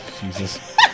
Jesus